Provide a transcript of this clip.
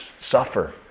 suffer